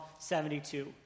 72